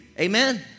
Amen